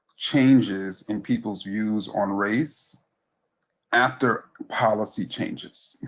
changes in people's views on race after policy changes.